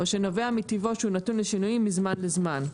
או שנובע מטבעו שהוא נתון לשינויים מזמן לזמן.